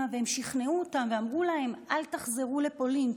והם שכנעו אותם ואמרו להם: אל תחזרו לפולין,